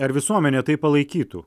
ar visuomenė tai palaikytų